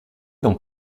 dans